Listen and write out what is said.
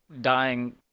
dying